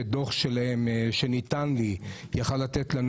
שדוח שלהם שניתן לי יכול היה לתת לנו